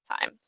time